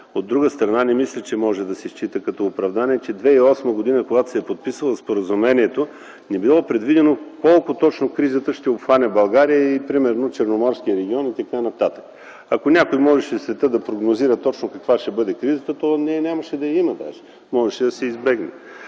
От друга страна, не мисля, че може да се счита като оправдание, че 2008 г., когато се е подписвало споразумението, не било предвидено колко точно кризата ще обхване България или примерно Черноморският регион и т.н. Ако някой можеше в света да прогнозира точно каква ще бъде кризата, то нея даже нямаше да я има, можеше да се избегне.